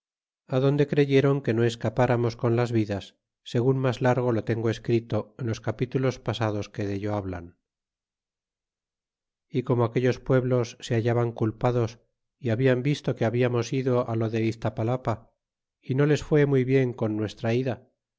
adonde creyeron que no escapáramos con las vidas segun mas largo lo tengo escrito en los capítulos pasados que dello hablan y como aquellos pueblos se hallaban culpados y hablan visto que hablamos ido lo de iztapalapa y no les fue muy bien con nuestra ida